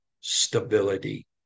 stability